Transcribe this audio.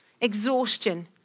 exhaustion